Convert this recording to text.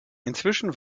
inzwischen